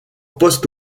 poste